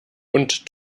und